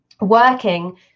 working